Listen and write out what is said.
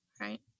right